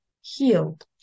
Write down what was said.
healed